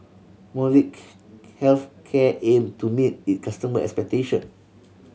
molnylcke Health Care aim to meet it customer expectation